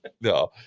No